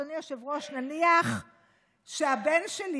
אדוני היושב-ראש: נניח שהבן שלי,